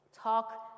talk